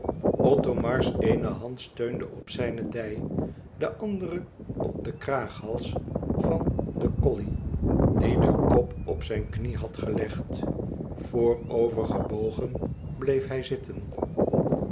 othomars eene hand steunde op zijne dij de andere op den kraaghals van den colley die den kop op zijn knie had gelegd voorover gebogen bleef hij zitten